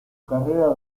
carrera